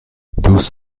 دوست